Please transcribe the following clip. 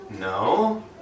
No